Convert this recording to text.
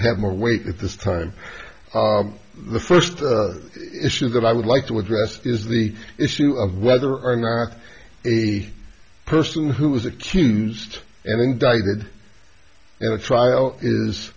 have more weight at this time the first issue that i would like to address is the issue of whether or not the person who was accused and indicted and the trial is